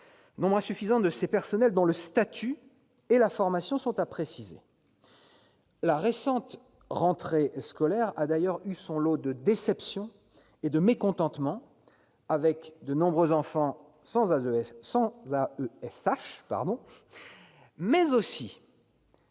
nombre insuffisant de ces personnels dont le statut et la formation sont à préciser. La récente rentrée scolaire a d'ailleurs eu son lot de déceptions et de mécontentements, avec de nombreux enfants sans AESH, mais aussi